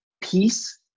peace